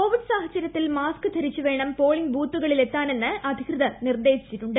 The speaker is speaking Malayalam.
കോവിഡ് സാഹചര്യത്തിൽ മാസ്ക് ധരിച്ച് വേണം പോളിംഗ് ബൂത്തുകളിലെത്താനെന്ന് അധികൃതർ നിർദ്ദേശിച്ചിട്ടുണ്ട്